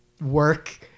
work